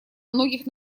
многих